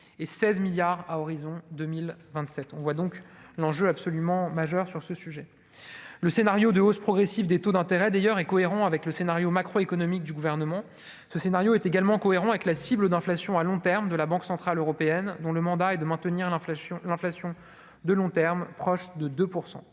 et 16 milliards à horizon 2027, on voit donc l'enjeu absolument majeur sur ce sujet, le scénario de hausse progressive des taux d'intérêt d'ailleurs est cohérent avec le scénario macroéconomique du gouvernement, ce scénario est également cohérent avec la cible d'inflation à long terme de la Banque centrale européenne dont le mandat est de maintenir l'inflation, l'inflation de long terme, proche de 2